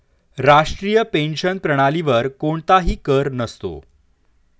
राष्ट्रीय पेन्शन प्रणालीवर कोणताही कर नसतो